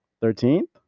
Thirteenth